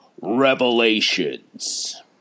Revelations